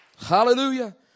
Hallelujah